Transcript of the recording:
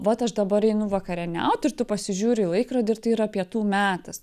vat aš dabar einu vakarieniaut ir tu pasižiūri į laikrodį ir tai yra pietų metas